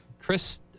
Chris